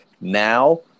Now